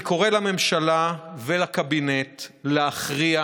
אני קורא לממשלה ולקבינט להכריע